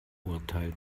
urteil